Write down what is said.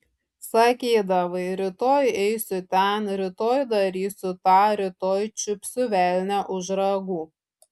sakydavai rytoj eisiu ten rytoj darysiu tą rytoj čiupsiu velnią už ragų